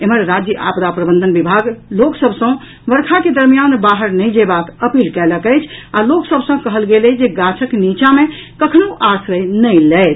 एम्हर राज्य आपदा प्रबंधन विभाग लोक सभ सँ वर्षा के दरमियान बाहर नहि जयबाक अपील कयलक अछि आ लोक सभ सँ कहल गेल अछि जे गाछक नीचा मे कखनहुं आश्रय नहि लैथ